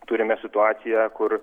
turime situaciją kur